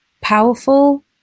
powerful